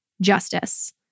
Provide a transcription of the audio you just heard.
justice